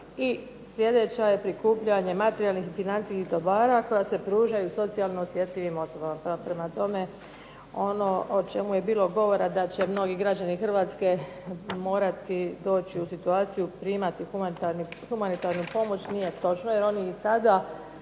i sljedeća je prikupljanje materijalnih financijskih dobara koja se pružaju socijalno osjetljivim osobama. Prema tome ono o čemu je bilo govora da će mnogi građani Hrvatske morati doći u situaciju primati humanitarnu pomoć nije točno jer oni i sada,